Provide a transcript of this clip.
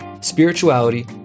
spirituality